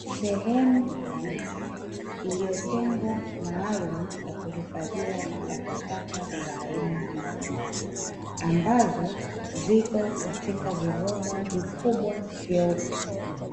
Sehemu ya nje, iliyotengwa maalumu kwa kuhifadhia takataka za aina mbalimbali, ambazo ziko katika viroba vikubwa vyeupe